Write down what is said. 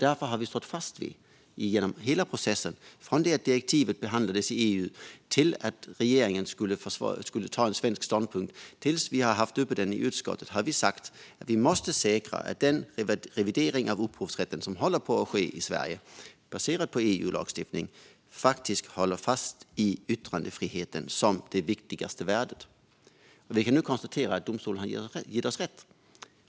Därför har vi stått fast vid det genom hela processen, från det att direktivet behandlades i EU till att regeringen skulle anta en svensk ståndpunkt, och vi har haft det uppe i utskottet. Vi har sagt att vi måste säkra att den revidering av upphovsrätten som håller på att ske i Sverige baserat på EU-lagstiftning faktiskt håller fast vid yttrandefriheten som det viktigaste värdet. Vi kan nu konstatera att domstolen har gett oss rätt.